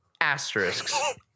Asterisks